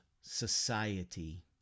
society